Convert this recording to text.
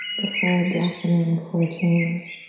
before a blossoming, before a change.